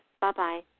Bye-bye